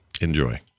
Enjoy